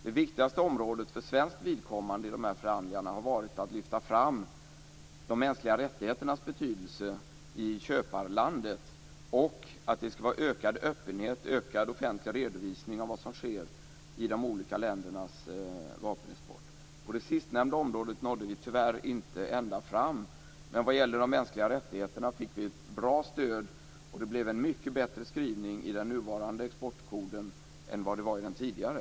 Det viktigaste området för svenskt vidkommande i de här förhandlingarna har varit att lyfta fram de mänskliga rättigheternas betydelse i köparlandet och att det skall vara ökad öppenhet, ökad offentlig redovisning av vad som sker i de olika ländernas vapenexport. På det sistnämnda området nådde vi tyvärr inte ända fram. Men vad gäller de mänskliga rättigheterna fick vi ett bra stöd, och det blev en mycket bättre skrivning i den nuvarande exportkoden än vad det var i den tidigare.